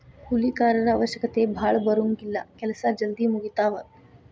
ಕೂಲಿ ಕಾರರ ಅವಶ್ಯಕತೆ ಭಾಳ ಬರುಂಗಿಲ್ಲಾ ಕೆಲಸಾ ಜಲ್ದಿ ಮುಗಿತಾವ